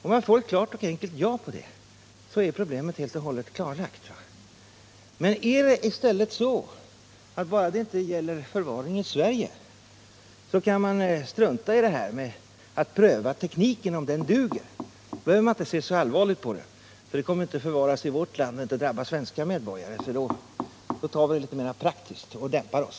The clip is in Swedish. Om jag får ett klart och enkelt ja på den frågan, är problemet helt och hållet klarlagt. Eller är tanken i stället den att bara det inte gäller förvaring i Sverige så kan man strunta i att pröva om tekniken duger, då behöver man inte se så allvarligt på problemet, för i så fall kommer eventuella olyckor inte att drabba svenska medborgare och därför kan vi se litet mer praktiskt på saken och dämpa oss?